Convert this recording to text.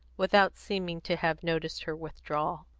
without seeming to have noticed her withdrawal.